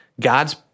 God's